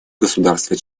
государства